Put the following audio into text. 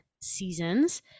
seasons